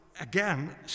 again